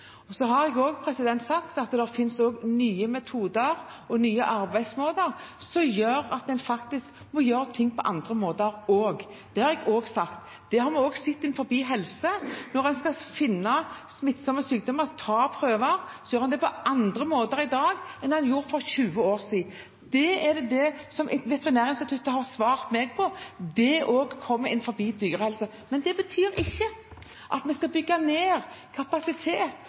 Jeg har også sagt at det finnes nye metoder og nye arbeidsmåter som gjør at en må gjøre ting på andre måter. Det har vi også sett innenfor helse. Når en skal finne smittsomme sykdommer, ta prøver, gjør en det på andre måter i dag enn en gjorde for 20 år siden. Det er det Veterinærinstituttet har svart meg. Det gjelder også innenfor dyrehelse. Men det betyr ikke at vi skal bygge ned kapasitet